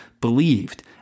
believed